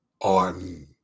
on